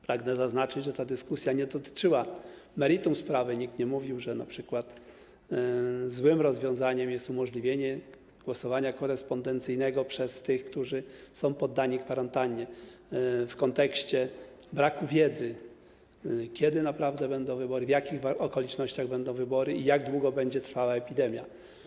Pragnę zaznaczyć, że ta dyskusja nie dotyczyła meritum sprawy, nikt nie mówił, że np. złym rozwiązaniem jest umożliwienie głosowania korespondencyjnego tym, którzy są poddani kwarantannie, w kontekście braku wiedzy, kiedy naprawdę będą wybory, w jakich okolicznościach będą wybory i jak długo będzie trwała epidemia.